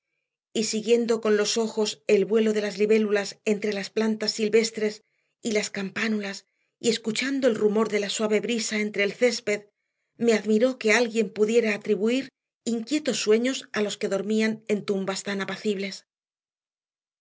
y siguiendo con los ojos el vuelo de las libélulas entre las plantas silvestres y las campánulas y escuchando el rumor de la suave brisa entre el césped me admiró que alguien pudiera atribuir inquietos sueños a los que dormían en tumbas tan apacibles